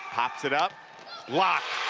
pops it up blocked.